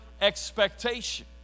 Expectation